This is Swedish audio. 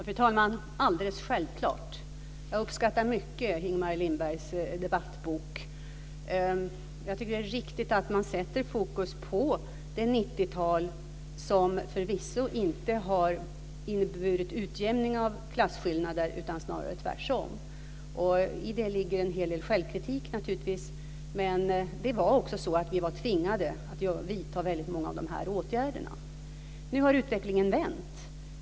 Fru talman! Det är alldeles självklart. Jag uppskattar den här debattboken mycket. Jag tycker att det är riktigt man sätter fokus på det 90-tal som förvisso inte har inneburit någon utjämning av klasskillnader utan snarare tvärtom. I det ligger naturligtvis en hel del självkritik, men vi var tvingade att vidta väldigt många av de här åtgärderna. Nu har utvecklingen vänt.